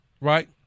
right